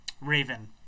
Raven